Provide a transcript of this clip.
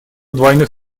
двойных